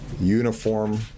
uniform